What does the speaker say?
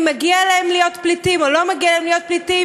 אם מגיע להם להיות פליטים או לא מגיע להם להיות פליטים,